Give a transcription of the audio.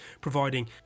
providing